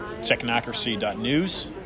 technocracy.news